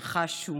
שחשו